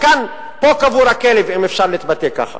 ופה קבור הכלב, אם אפשר להתבטא כך,